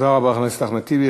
תודה רבה, חבר הכנסת אחמד טיבי.